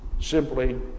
simply